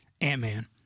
Ant-Man